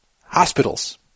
hospitals